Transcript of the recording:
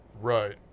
right